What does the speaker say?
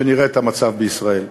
כשנראה את המצב בישראל.